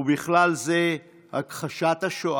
ובכלל זה הכחשת השואה,